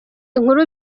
nkuru